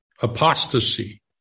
apostasy